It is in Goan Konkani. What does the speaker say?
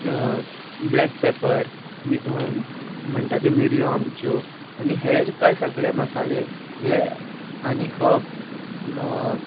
ब्लॅक पेपर म्हणटा ते मिरयो आमच्यो आनी हेर कांय सगळे मसाले हे आनी हर्ब्ज